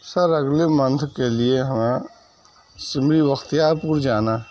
سر اگلے منتھ کے لیے ہمیں سمری بختیار پور جانا ہے